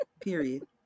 Period